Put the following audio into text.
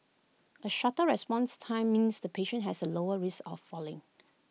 A shorter response time means the patient has A lower risk of falling